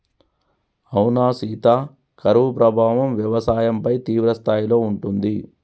అవునా సీత కరువు ప్రభావం వ్యవసాయంపై తీవ్రస్థాయిలో ఉంటుంది